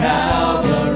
Calvary